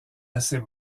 assez